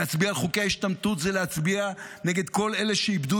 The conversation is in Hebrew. להצביע על חוקי ההשתמטות זה להצביע נגד כל אלה שאיבדו